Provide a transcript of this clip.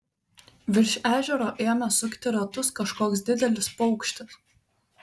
virš ežero ėmė sukti ratus kažkoks didelis paukštis